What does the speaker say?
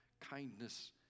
kindness